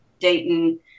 dayton